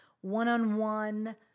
one-on-one